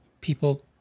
people